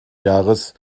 jahres